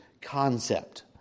concept